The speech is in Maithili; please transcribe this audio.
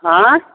आयँ